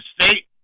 state